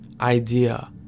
idea